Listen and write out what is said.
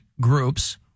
groups